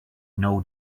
know